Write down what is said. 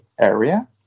area